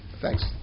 thanks